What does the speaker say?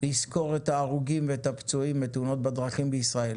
לזכור את ההרוגים ואת הפצועים בתאונות דרכים בישראל.